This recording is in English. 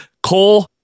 Cole